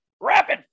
Rapid